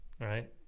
right